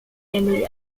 emily